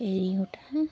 এৰী সূতা